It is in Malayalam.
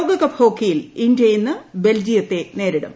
ലോകകപ്പ് ഹോക്കിയിൽ ഇന്ത്യ ഇന്ന് ബെൽജിയത്തെ നേരിടും